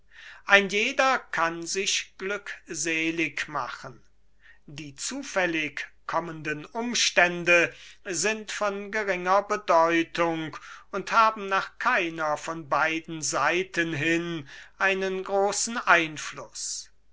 ein jeder kann sich glückselig machen die zufällig kommenden umstände sind von geringer bedeutung und haben nach keiner von beiden seiten hin einen großen einfluß